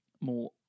more